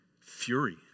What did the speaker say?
fury